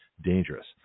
dangerous